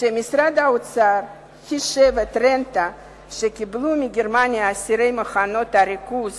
כשמשרד האוצר חישב את הרנטה שקיבלו מגרמניה אסירי מחנות ריכוז